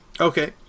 Okay